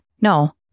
no